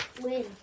win